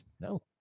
No